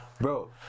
bro